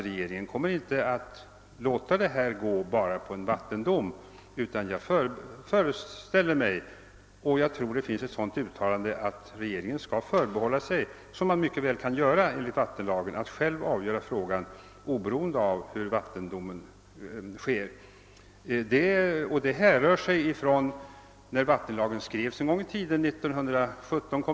Regeringen kommer inte att låta detta gå bara till en vattendom. Jag föreställer mig att regeringen kan förbehålla sig rätten — vilket man enligt vattenlagen mycket väl kan göra — att själv avgöra frågan, oberoende av vattendomen. Detta härrör från den tid när vattenlagen kom till, år 1917.